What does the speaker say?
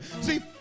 See